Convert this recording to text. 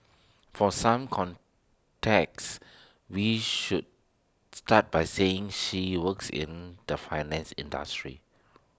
for some context we should start by saying she works in the finance industry